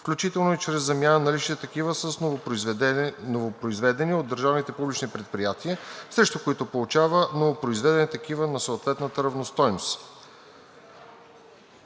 включително и чрез замяна налични такива с новопроизведени от държавните публични предприятия, срещу които получава новопроизведени такива на съответната равностойност.“